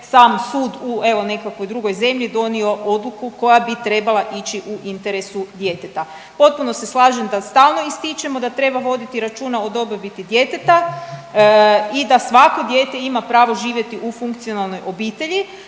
sam sud u evo nekakvoj drugoj zemlji donio odluku koja bi trebala ići u interesu djeteta. Potpuno se slažem da stalno ističemo da treba voditi računa o dobrobiti djeteta i da svako dijete ima pravo živjeti u funkcionalnoj obitelji,